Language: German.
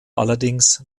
allerdings